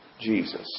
Jesus